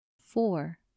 Four